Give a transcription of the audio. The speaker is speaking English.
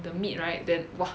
the meat right then !wah!